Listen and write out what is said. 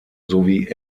sowie